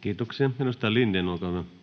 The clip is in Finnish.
Kiitoksia. — Edustaja Lindén, olkaa hyvä.